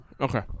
okay